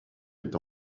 est